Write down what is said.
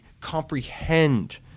comprehend